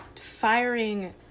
firing